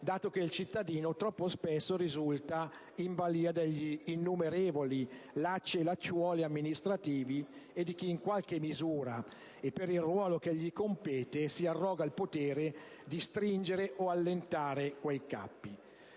dato che il cittadino troppo spesso risulta in balìa degli innumerevoli lacci e lacciuoli amministrativi e di chi, in qualche misura e per il ruolo che gli compete, si arroga il potere di stringere o allentare quei cappi.